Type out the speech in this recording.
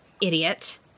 idiot